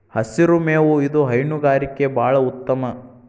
ಹಸಿರು ಮೇವು ಇದು ಹೈನುಗಾರಿಕೆ ಬಾಳ ಉತ್ತಮ